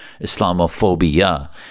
Islamophobia